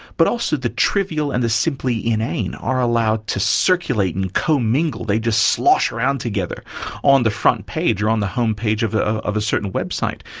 but also the trivial and the simply inane are allowed to circulate and comingle. they just slosh around together on the front page or on the home page of a certain certain website.